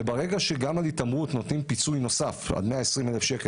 ברגע שגם על התעמרות נותנים פיצוי נוסף עד 120 אלף שקל